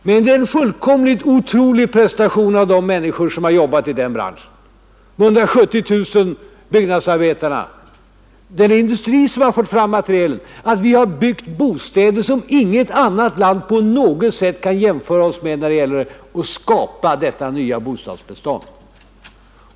Men det är en fullkomligt otrolig prestation av de människor som jobbat i den branschen, de 170 000 byggnadsarbetarna, den industri som fört fram materialet. Vi har byggt bostäder som inget annat land på något sätt kan jämföra sig med vad det gäller att skapa ett nytt bostadsbestånd.